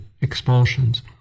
expulsions